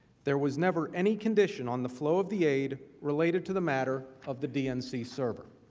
there was never any condition on the flow of the aid related to the matter of the dnc server.